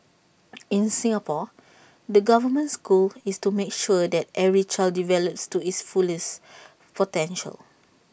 in Singapore the government's goal is to make sure that every child develops to his fullest potential